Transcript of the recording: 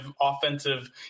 offensive